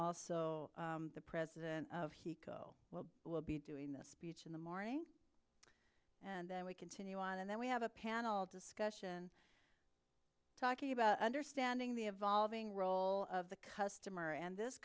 also the president of he will be doing this each in the morning and then we continue on and then we have a panel discussion talking about understanding the evolving role of the customer and this